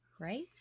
Right